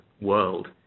world